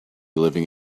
living